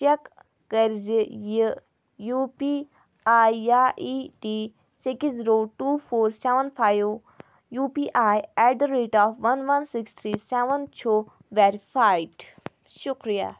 check کٔرزِ یہِ U P I یا I D six zero two four seven five U P I at the rate of one one six three seven چھُ verified شکریہ